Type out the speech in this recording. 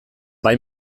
bai